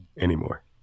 anymore